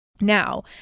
Now